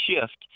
shift